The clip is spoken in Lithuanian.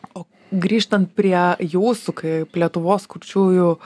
o grįžtant prie jūsų kaip lietuvos kurčiųjų